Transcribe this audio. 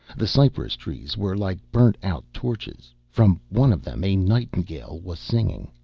the cypress-trees were like burnt-out torches. from one of them a nightingale was singing.